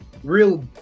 real